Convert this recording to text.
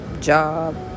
job